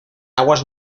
aguas